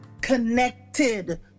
connected